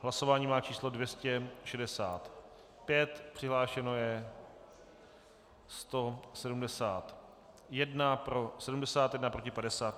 Hlasování má číslo 265, přihlášeno je 171, pro 71, proti 50.